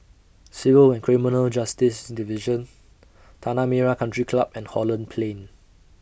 Civil and Criminal Justice Division Tanah Merah Country Club and Holland Plain